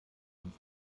ganz